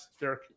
Derek